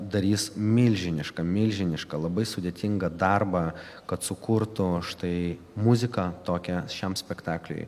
darys milžinišką milžinišką labai sudėtingą darbą kad sukurtų štai muziką tokią šiam spektakliui